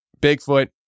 Bigfoot